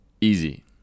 easy